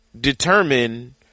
determine